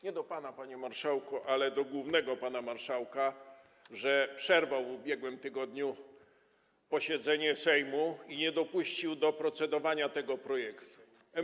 Nie do pana, panie marszałku, ale do głównego pana marszałka, o to, że przerwał w ubiegłym tygodniu posiedzenie Sejmu i nie dopuścił do procedowania nad tym projektem.